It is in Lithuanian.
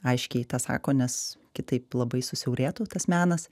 aiškiai tą sako nes kitaip labai susiaurėtų tas menas